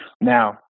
Now